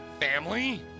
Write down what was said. family